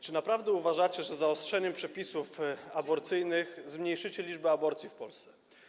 Czy naprawdę uważacie, że zaostrzeniem przepisów aborcyjnych zmniejszycie liczbę aborcji w Polsce?